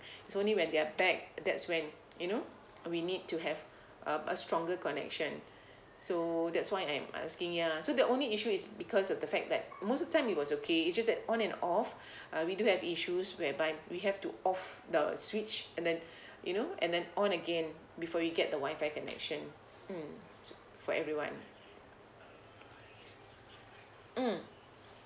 it's only when they're back that's when you know we need to have um a stronger connection so that's why I am asking ya so the only issue is because of the fact that most of the time it was okay it's just that on and off uh we do have issues whereby we have to off the switch and then you know and then on again before we get the Wi-Fi connection mm for everyone mm